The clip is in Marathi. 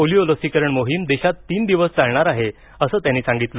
पोलिओ लसीकरण मोहीम देशात तीन दिवस चालणार आहे असं त्यांनी सांगितलं